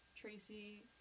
Tracy